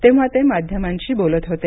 तेव्हा ते माध्यमांशी बोलत होते